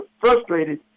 frustrated